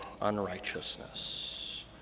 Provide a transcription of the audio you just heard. unrighteousness